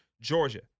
Georgia